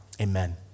Amen